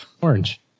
Orange